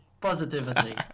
Positivity